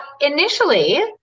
initially